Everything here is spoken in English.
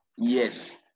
Yes